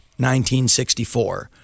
1964